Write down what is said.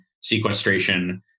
sequestration